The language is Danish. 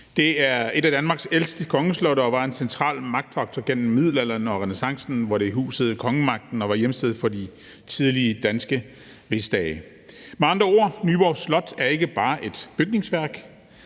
Det er et af Danmarks ældste kongeslotte og var en central magtfaktor gennem middelalderen og renæssancen, hvor det husede kongemagten og var hjemsted for de tidlige danske rigsdage. Med andre ord er Nyborg Slot ikke bare et bygningsværk.